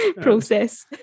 process